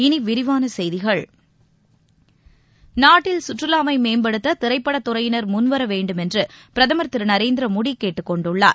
இனி விரிவான செய்திகள் நாட்டில் சுற்றுவாவை மேம்படுத்த திரைப்படத் துறையினர் முன்வர வேண்டுமென்று பிரதமர் திரு நரேந்திர மோடி கேட்டுக் கொண்டுள்ளார்